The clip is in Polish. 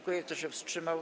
Kto się wstrzymał?